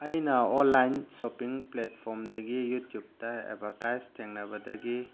ꯑꯩꯅ online shopping ꯄ꯭ꯂꯦꯠꯐ꯭ꯣꯔꯝꯗꯒꯤ ꯌꯨꯇ꯭ꯌꯨꯞꯇ ꯑꯦꯗꯚꯔꯇꯥꯏꯁ ꯊꯦꯡꯅꯕꯗꯒꯤ